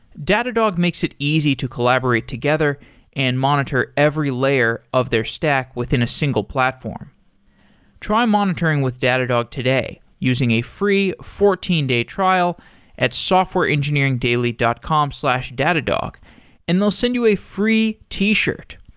datadog makes it easy to collaborate together and monitor every layer of their stack within a single platform try monitoring with datadog today using a free fourteen day trial at softwareengineeringdaily dot com datadog and they'll send you a free t-shirt.